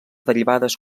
derivades